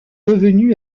revenu